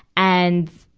and,